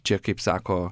čia kaip sako